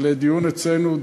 לדיון אצלנו,